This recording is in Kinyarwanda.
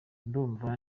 ndumva